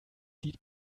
lied